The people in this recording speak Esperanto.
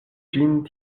ĝin